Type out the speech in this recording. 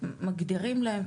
מגדירים להם.